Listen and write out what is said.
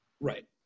right